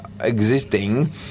existing